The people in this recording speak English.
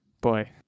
Boy